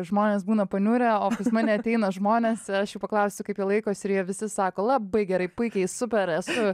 žmonės būna paniurę o pas mane ateina žmonės ir aš paklausiu kaip jie laikosi ir jie visi sako labai gerai puikiai super esu